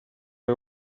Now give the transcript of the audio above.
the